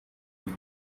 made